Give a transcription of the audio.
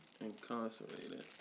incarcerated